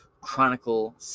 Chronicle